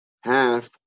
half